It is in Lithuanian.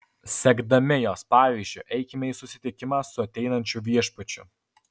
sekdami jos pavyzdžiu eikime į susitikimą su ateinančiu viešpačiu